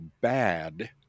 bad